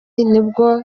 nibwo